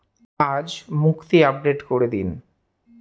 আজ মুক্তি আপডেট করে দিন